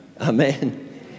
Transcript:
Amen